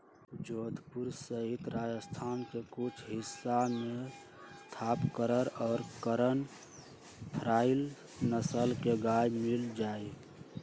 जोधपुर सहित राजस्थान के कुछ हिस्सा में थापरकर और करन फ्राइ नस्ल के गाय मील जाहई